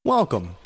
Welcome